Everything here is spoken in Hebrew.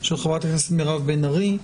של חברת הכנסת מירב בן ארי.